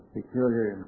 peculiar